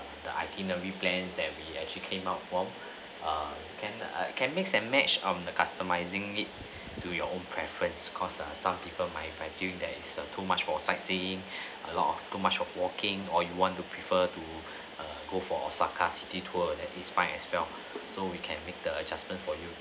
the itinerary plans that we actually came out from err can can mix and match of the customizing it to your own preference because err some people might might think that it's err too much for sightseeing a lot of too much of walking or you want to prefer to err go for osaka city tour then is fine as well so we can make the adjustment for you